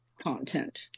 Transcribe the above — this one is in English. content